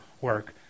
work